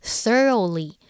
thoroughly